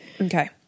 okay